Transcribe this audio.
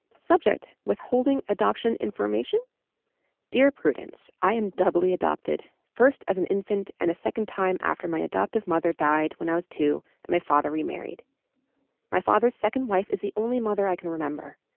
subject withholding adoption information dear prudence i am doubly adopted first as an infant and a second time after my adoptive mother died when i was two and my father remarried my father's second wife is the only mother i can remember.